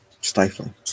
stifling